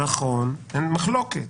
נכון, אין מחלוקת.